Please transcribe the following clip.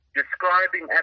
describing